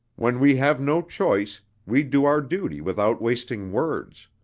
when we have no choice, we do our duty without wasting words.